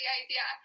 idea